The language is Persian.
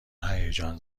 هیجان